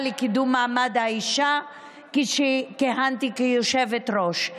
לקידום מעמד האישה כשכיהנתי כיושבת-ראש.